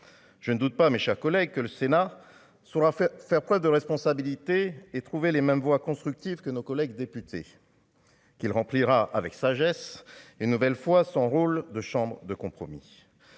je ne doute pas, mes chers collègues, que le Sénat sera fait, faire preuve de responsabilité et trouver les mêmes voies constructive que nos collègues députés. Qu'il remplira avec sagesse et une nouvelle fois son rôle de chambre de compromis,